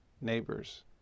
neighbors